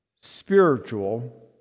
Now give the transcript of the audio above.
spiritual